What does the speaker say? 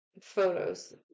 photos